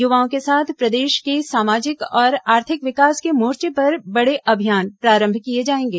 युवाओं के साथ प्रदेश के सामाजिक और आर्थिक विकास के मोर्चे पर बड़े अभियान प्रारंभ किए जाएंगे